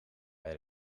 bij